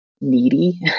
needy